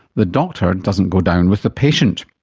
the doctor doesn't go down with the patient.